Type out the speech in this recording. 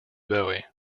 bowie